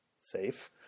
safe